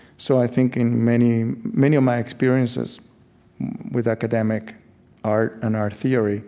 so i think in many many of my experiences with academic art and art theory